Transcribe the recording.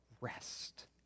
rest